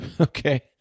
okay